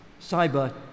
cyber